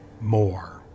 more